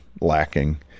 lacking